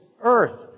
earth